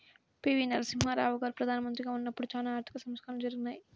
పి.వి.నరసింహారావు గారు ప్రదానమంత్రిగా ఉన్నపుడు చానా ఆర్థిక సంస్కరణలు జరిగాయి